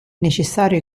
necessario